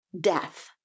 death